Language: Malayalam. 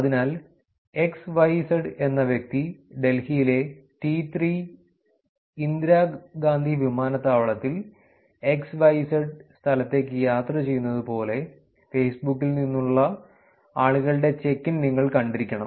അതിനാൽ XYZ എന്ന വ്യക്തി ഡൽഹിയിലെ T3 ഇന്ദിരാഗാന്ധി വിമാനത്താവളത്തിൽ XYZ സ്ഥലത്തേക്ക് യാത്ര ചെയ്യുന്നത് പോലെ ഫേസ്ബുക്ക് ൽ നിന്നുള്ള ആളുകളുടെ ചെക്ക് ഇൻ നിങ്ങൾ കണ്ടിരിക്കണം